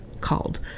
called